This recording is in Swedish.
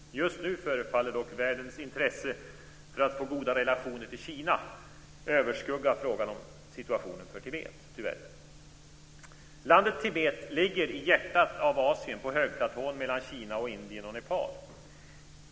Just nu förefaller världens intresse för att få goda relationer till Kina tyvärr överskugga frågan om situationen för Tibet. Landet Tibet ligger i hjärtat av Asien, på högplatån mellan Kina, Indien och Nepal.